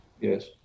Yes